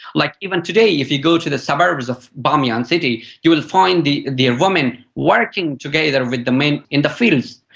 like, even today if you go to the suburbs of bamyan city you will find the the women working together with the men in the fields.